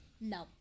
No